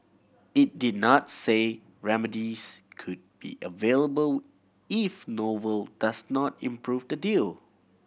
it did not say remedies could be available if novel does not improve the deal